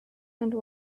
and